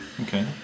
Okay